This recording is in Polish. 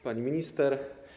Pani Minister!